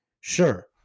sure